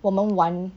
我们玩